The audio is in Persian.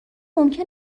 ممکن